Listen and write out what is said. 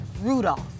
Rudolph